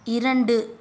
இரண்டு